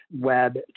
web